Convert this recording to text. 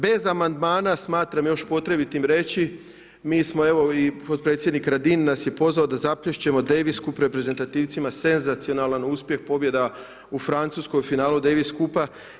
Bez amandmana smatram još potrebitim reći, mi smo evo i potpredsjednik Radin nas je pozvao da zaplješćemo Davis Cup reprezentativcima senzacionalan uspjeh, pobjeda u Francuskoj u finalu Davis Cupa.